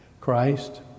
Christ